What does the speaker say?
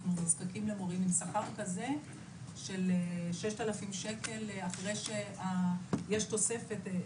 ואנחנו נזקקים למורים עם שכר כזה של 6,000 שקל אחרי שיש תוספת,